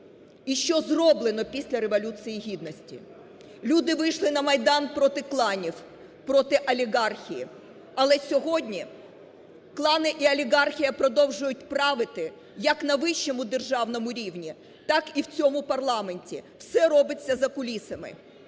і що зроблено після Революції гідності? Люди вийшли на Майдан проти кланів, проти олігархії. Але сьогодні клани і олігархія продовжують правити як на вищому державному рівні, так і в цьому парламенті, все робиться за кулісами.